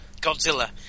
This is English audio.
Godzilla